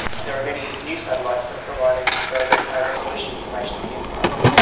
and there are many new satellites that are providing very, very high resolution information on the environment.